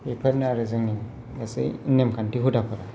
बेफोरनो आरो जोंनि नेमखान्थि हुदाफोरा